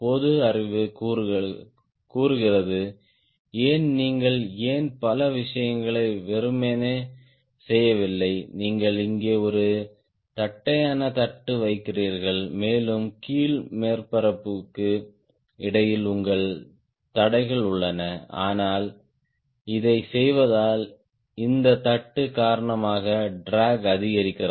பொது அறிவு கூறுகிறது ஏன் நீங்கள் ஏன் பல விஷயங்களை வெறுமனே செய்யவில்லை நீங்கள் இங்கே ஒரு தட்டையான தட்டு வைக்கிறீர்கள் மேலும் கீழ் மேற்பரப்புக்கு இடையில் உடல் தடைகள் உள்ளன ஆனால் இதைச் செய்வதால் இந்த தட்டு காரணமாக ட்ராக் அதிகரிக்கிறது